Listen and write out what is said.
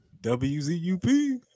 WZUP